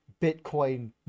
Bitcoin